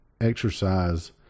exercise